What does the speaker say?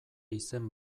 izen